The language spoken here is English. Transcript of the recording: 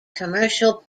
commercial